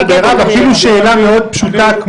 אפילו שאלה מאוד פשוטה,